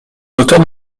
l’auteur